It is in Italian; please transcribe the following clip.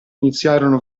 iniziarono